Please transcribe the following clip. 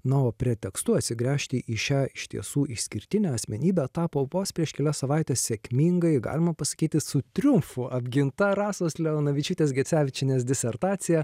na o pretekstu atsigręžti į šią iš tiesų išskirtinę asmenybę tapo vos prieš kelias savaites sėkmingai galima pasakyti su triumfu apginta rasos leonavičiūtės gecevičienės disertacija